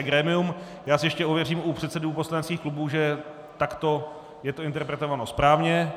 Ještě si ověřím u předsedů poslaneckých klubů, že takto je to interpretováno správně.